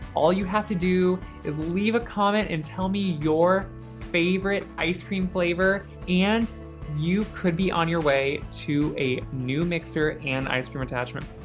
all you have to do is leave a comment and tell me your favorite ice cream flavor and you could be on your way to a new mixer and ice cream attachment.